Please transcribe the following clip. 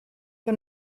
que